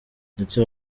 ndetse